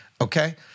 okay